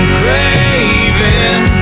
craving